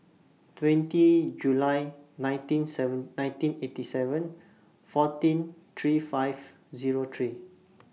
twenty July nineteen seven nineteen eighty seven fourteen three five Zero three